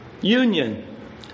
Union